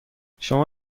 شما